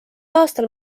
aastal